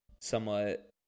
somewhat